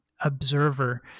observer